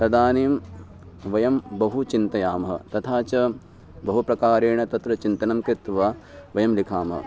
तदानीं वयं बहु चिन्तयामः तथा च बहु प्रकारेण तत्र चिन्तनं कृत्वा वयं लिखामः